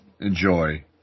enjoy